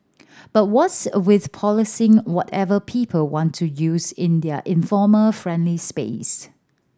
but what's with policing whatever people want to use in their informal friendly space